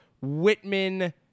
whitman